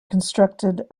constructed